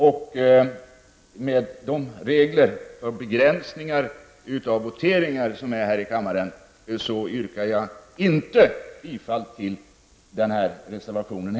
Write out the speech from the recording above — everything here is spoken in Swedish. Med hänvisning till reglerna för begränsning av antalet voteringar här i kammaren yrkar jag inte heller bifall till den sist nämnda reservationen.